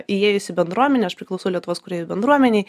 įėjus į bendruomenę aš priklausau lietuvos kūrėjų bendruomenei